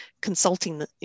consulting